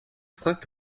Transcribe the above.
cinq